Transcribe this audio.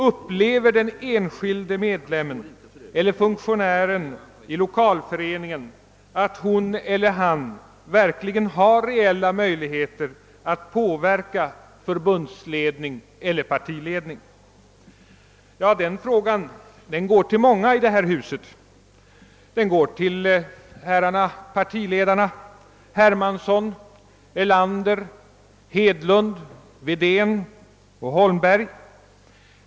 Upplever den enskilde medlemmen eller funktionären i lokalföreningen att hon eller han verkligen har reella möjligheter att påverka förbundsledning eller partiledning? Ja, den frågan går till många i detta hus. Den går till partiledarna herrar Hermansson, Erlander, Hedlund, Wedén och Holmberg.